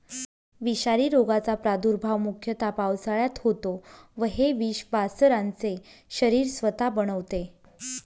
विषारी रोगाचा प्रादुर्भाव मुख्यतः पावसाळ्यात होतो व हे विष वासरांचे शरीर स्वतः बनवते